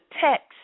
text